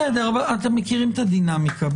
אתם מכירים את הדינמיקה.